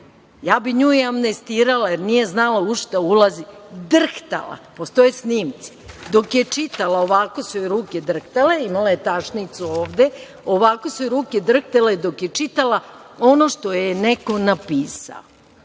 bih nju i amnestirala, jer nije znala u šta ulazi. Drhtala, postoje snimci, dok je čitala ovako su joj ruke drhtale, imala je tašnicu ovde, ovako su joj ruke drhtale dok je čitala ono što joj je neko napisao.